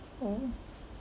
orh